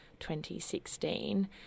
2016